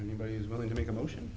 anybody who's willing to make a motion